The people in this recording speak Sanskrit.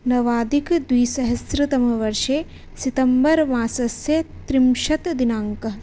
नवाधिकद्विसहस्रतमवर्षे सितम्बर् मासस्य त्रिंशत् दिनाङ्कः